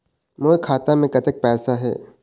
मोर खाता मे कतक पैसा हे?